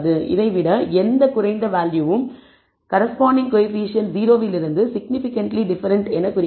இதைவிட எந்த குறைந்த வேல்யூவும் கரெஸ்பாண்டிங் கோஎஃபீஷியேன்ட் 0 இலிருந்து சிக்னிபிகன்ட்லி டிஃபரண்ட் என குறிக்கிறது